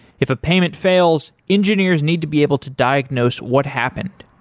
if a payment fails, engineers need to be able to diagnose what happened.